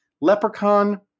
Leprechaun